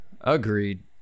Agreed